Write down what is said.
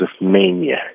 mania